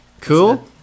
cool